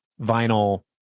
vinyl